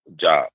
job